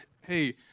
Hey